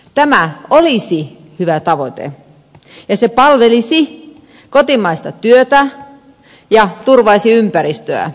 tämä olisi hyvä tavoite ja se palvelisi kotimaista työtä ja turvaisi ympäristöä